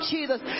Jesus